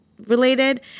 related